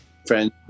Friends